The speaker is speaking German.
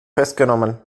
festgenommen